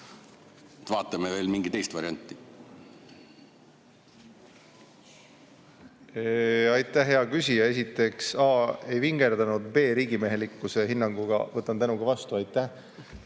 vaatame veel mingit teist varianti. Aitäh, hea küsija! Esiteks, a) ei vingerdanud ja b) riigimehelikkuse hinnangu võtan tänuga vastu. Aitäh!